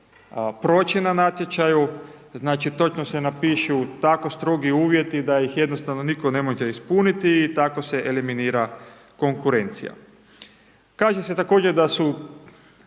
proći na natječaju, znači točno se napišu tako strogi uvjeti da ih jednostavno nitko ne može ispuniti i tako se eliminira konkurencija. Kaže se također da su